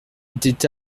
était